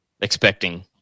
expecting